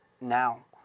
now